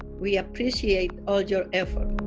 we appreciate all your efforts.